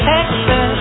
Texas